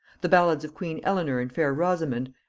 the ballads of queen eleanor and fair rosamond,